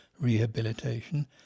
rehabilitation